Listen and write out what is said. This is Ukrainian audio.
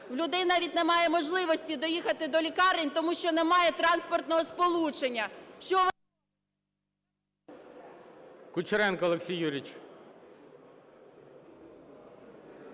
В людей навіть немає можливості доїхати до лікарень, тому що немає транспортного сполучення…